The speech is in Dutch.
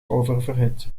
oververhit